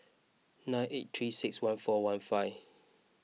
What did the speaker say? nine eight three six one four one five